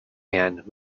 hand